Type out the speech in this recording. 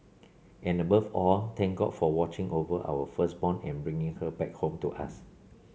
and above all thank God for watching over our firstborn and bringing her back home to us